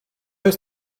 jest